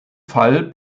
fall